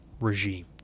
regime